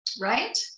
Right